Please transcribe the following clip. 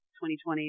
2020